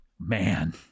man